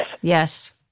Yes